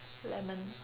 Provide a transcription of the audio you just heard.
lemon